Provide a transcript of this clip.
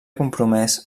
compromès